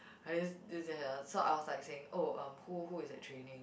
so I was like saying oh um who who is at training